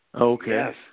Okay